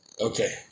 Okay